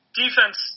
defense